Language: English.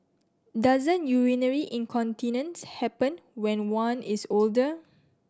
doesn't urinary incontinence happen when one is older